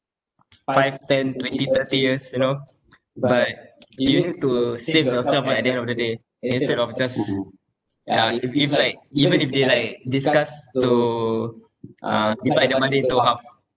five ten twenty thirty years you know but you need to save yourself ah at the end of the day instead of just ya if if like even if they like discuss to uh divide their money into half